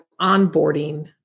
onboarding